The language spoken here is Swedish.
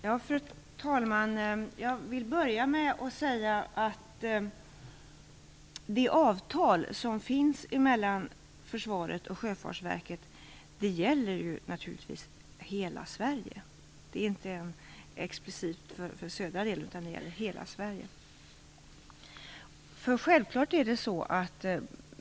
Fru talman! Jag vill börja med att säga att det avtal som finns mellan försvaret och Sjöfartsverket naturligtvis gäller hela Sverige - det gäller inte explicit den södra delen.